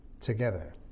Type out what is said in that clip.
together